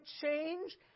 change